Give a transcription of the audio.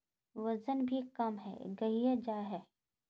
वजन भी कम है गहिये जाय है?